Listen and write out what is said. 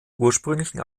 ursprünglichen